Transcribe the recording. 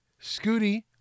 Scooty